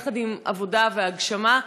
יחד עם עבודה והגשמה,